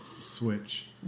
Switch